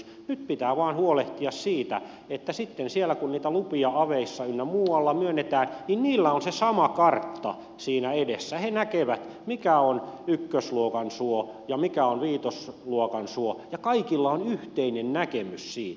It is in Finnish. nyt pitää vain huolehtia siitä että sitten kun niitä lupia siellä aveissa ynnä muualla myönnetään niin heillä on se sama kartta siinä edessä he näkevät mikä on ykkösluokan suo ja mikä on viitosluokan suo ja kaikilla on yhteinen näkemys siitä